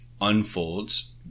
unfolds